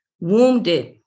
wounded